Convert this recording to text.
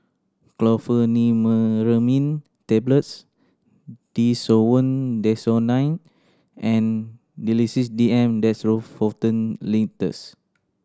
Chlorpheniramine Tablets Desowen Desonide and Sedilix D M Dextromethorphan Linctus